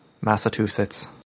Massachusetts